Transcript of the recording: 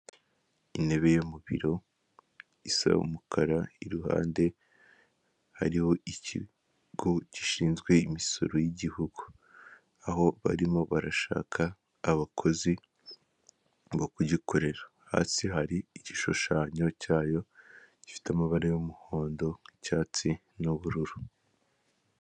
Intebe yo mu biro isa umukara iruhande hariho ikigo gishinzwe imisoro yigihugu, aho barimo barashaka abakozi bo kugikorera, hasi hari igishushanyo cyayo gifite amabara y'umuhondo, icyatsi n'ubururu.